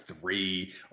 three